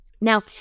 Now